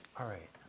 all right.